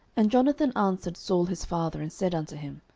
and jonathan answered saul his father, and said unto him,